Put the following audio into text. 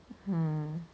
hmm